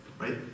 right